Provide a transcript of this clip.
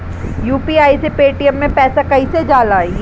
UPI से Paytm मे पैसा कइसे जाला?